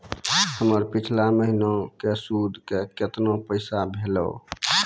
हमर पिछला महीने के सुध के केतना पैसा भेलौ?